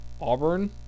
Auburn